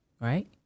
right